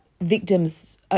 victims